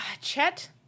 chet